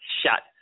shut